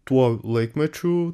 tuo laikmečiu